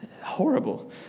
horrible